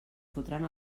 fotran